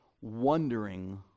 wondering